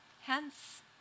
Hence